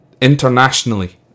internationally